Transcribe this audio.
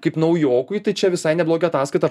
kaip naujokui tai čia visai neblogą ataskaitą